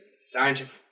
scientific